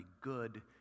good